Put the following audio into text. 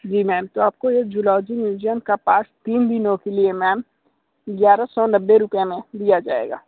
जी ma'am तो आपको zoology museum का पास तीन दिनों के लिए मैम ग्याराह सौ नब्बे रुपये में दिया जाएगा